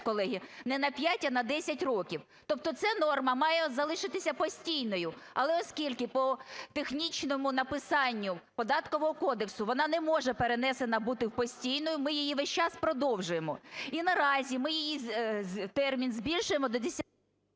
колеги, не на 5, а на 10 років. Тобто ця норма має залишитися постійною. Але оскільки по технічному написанню Податкового кодексу вона не може перенесена бути в постійну, ми її весь час продовжуємо. І наразі ми її термін збільшуємо до…